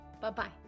Bye-bye